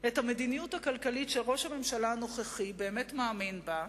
את המדיניות הכלכלית שראש הממשלה הנוכחי באמת מאמין בה,